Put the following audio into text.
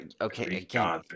Okay